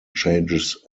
changes